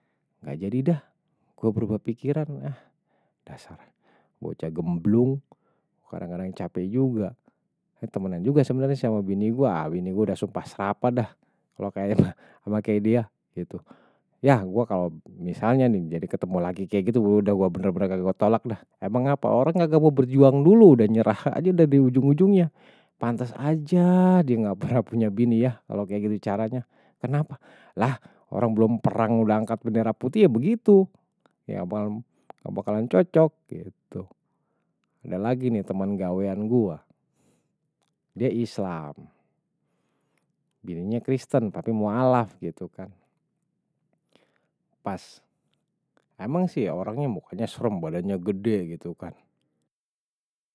Nggak jadi dah. Gua berubah pikiran ah. Dasar. Bocah gemblung. Kadang kadang cape juga. Temenan juga sebenernya sama bini gua. Bini gua udah sumpah serapa dah. Kalo kayak sama kayak dia. Ya, gua kalo misalnya nih, jadi ketemu lagi kayak gitu, udah gua bener bener nggak gua tolak dah. Emang apa orang nggak mau berjuang dulu. Udah nyerah aja udah di ujung ujungnya. Pantes aja dia nggak pernah punya bini ya. Kalo kayak gitu caranya. Kenapa lah, orang belum perang, udah angkat bendera putih, ya begitu. Ya, nggak bakalan cocok. Udah lagi nih teman gawean gua. Dia islam. Bininya kristen, tapi mau alaf. Gitu kan. Pas. Emang sih orangnya mukanya serem, badannya gede gitu kan.